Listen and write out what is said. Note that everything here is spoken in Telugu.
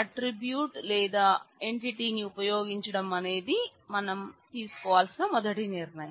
ఆట్రిబ్యూట్ లేదా ఎంటిటీ ని ఉపయోగించడం అనేది మనం తీసుకోవాల్సిన మొదటి నిర్ణయం